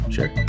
Sure